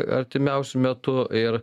artimiausiu metu ir